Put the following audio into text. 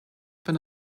been